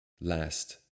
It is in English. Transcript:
last